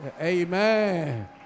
Amen